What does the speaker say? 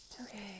Okay